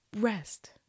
rest